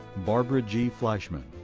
barbara g. fleischman.